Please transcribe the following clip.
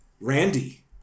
Randy